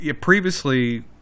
previously